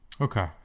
Okay